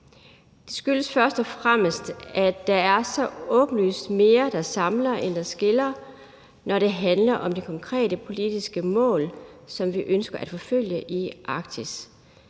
Det skyldes først og fremmest, at der er så åbenlyst mere, der samler end skiller, når det handler om det konkrete politiske mål, som vi ønsker at forfølge i Arktis.